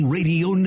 Radio